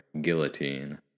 Guillotine